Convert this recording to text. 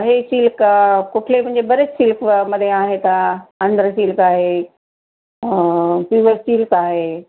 हे सिल्क कुठले म्हणजे बरेच सिल्कमध्ये आहेत आंध्र सिल्क आहे प्युअर सिल्क आहे